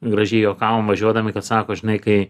gražiai juokavom važiuodami kad sako žinai kai